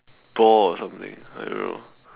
ball or something I don't know